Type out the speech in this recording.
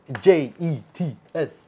J-E-T-S